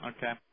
Okay